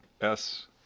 S-